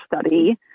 study